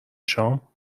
شام